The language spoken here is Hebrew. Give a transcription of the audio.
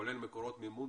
כולל מקורות מימון,